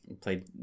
Played